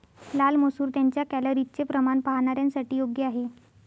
लाल मसूर त्यांच्या कॅलरीजचे प्रमाण पाहणाऱ्यांसाठी योग्य आहे